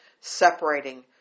separating